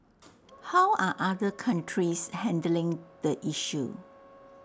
how are other countries handling the issue